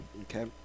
okay